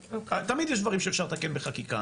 תמיד יש דברים שאפשר לתקן בחקיקה,